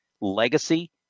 Legacy